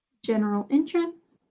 general interests.